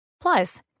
Plus